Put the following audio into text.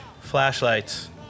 flashlights